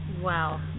Wow